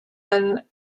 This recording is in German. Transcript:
ein